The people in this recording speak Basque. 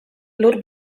lur